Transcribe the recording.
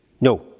No